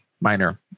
minor